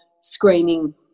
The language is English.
screening